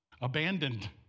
abandoned